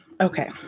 okay